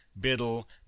Biddle